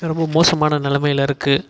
ரொம்ப மோசமான நிலமையில் இருக்குது